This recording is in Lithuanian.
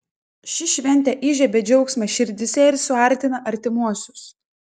ši šventė įžiebia džiaugsmą širdyse ir suartina artimuosius